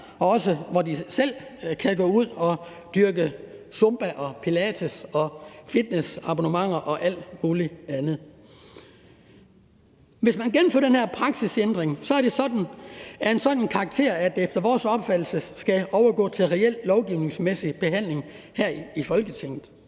– også for, at de selv kan dyrke zumba og pilates og have fitnessabonnementer og alt muligt andet. Hvis man gennemfører den her praksisændring, har det en sådan karakter, at det efter vores opfattelse skal overgå til en reel lovgivningsmæssig behandling her i Folketinget.